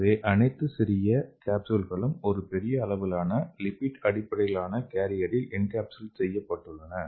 எனவே அனைத்து சிறிய காப்ஸ்யூல்களும் ஒரு பெரிய அளவிலான லிப்பிட் அடிப்படையிலான கேரியரில் என்கேப்சுலேட் செய்யப்பட்டுள்ளன